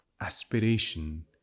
aspiration